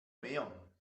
mehr